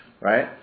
right